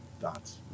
dots